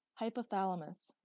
Hypothalamus